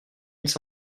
mille